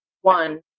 One